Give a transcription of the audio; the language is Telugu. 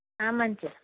మంచిది అమ్మా